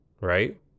Right